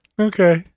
Okay